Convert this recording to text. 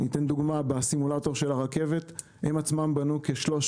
לדוגמה, בסימולטור של הרכבת, הם בעצמם בנו כ-300